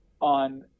on